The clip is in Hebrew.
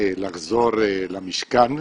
לחזור למשכן.